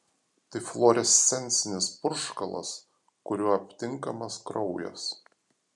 tai fluorescencinis purškalas kuriuo aptinkamas kraujas